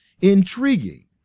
intriguing